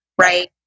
Right